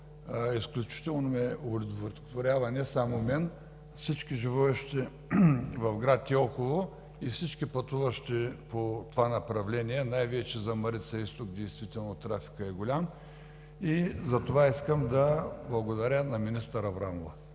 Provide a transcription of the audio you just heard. изключително удовлетворява не само мен, а всички живущи в град Елхово и всички пътуващи по това направление, а най-вече за „Марица-изток“ действително трафикът е голям. Искам да благодаря на министър Аврамова.